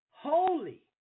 Holy